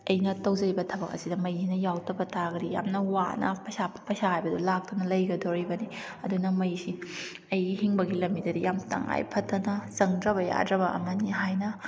ꯑꯩꯅ ꯇꯧꯖꯔꯤꯕ ꯊꯕꯛ ꯑꯁꯤꯗ ꯃꯩꯁꯤꯅ ꯌꯥꯎꯗꯕ ꯇꯥꯔꯒꯗꯤ ꯌꯥꯝꯅ ꯋꯥꯅ ꯄꯩꯁꯥ ꯄꯩꯁꯥ ꯍꯥꯏꯕꯁꯦ ꯂꯥꯛꯇꯅ ꯂꯩꯒꯗꯣꯔꯤꯕꯅꯤ ꯑꯗꯨꯅ ꯃꯩꯁꯤ ꯑꯩꯒꯤ ꯍꯤꯡꯕꯒꯤ ꯂꯝꯕꯤꯗꯗꯤ ꯌꯥꯝ ꯇꯉꯥꯏꯐꯗꯅ ꯆꯪꯗ꯭ꯔꯕ ꯌꯥꯗ꯭ꯔꯕ ꯑꯃꯅꯤ ꯍꯥꯏꯅ